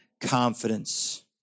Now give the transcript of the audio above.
confidence